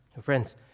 Friends